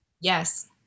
Yes